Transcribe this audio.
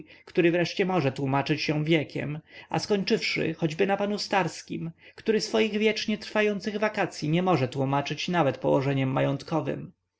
który wreszcie może tłomaczyć się wiekiem a skończywszy choćby na panu starskim który swoich wiecznie trwających wakacyi nie może tłómaczyć nawet położeniem majątkowem